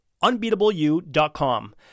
UnbeatableU.com